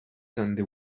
sandy